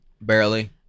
Barely